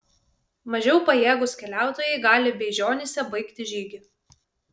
mažiau pajėgūs keliautojai gali beižionyse baigti žygį